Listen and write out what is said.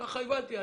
ככה הבנתי.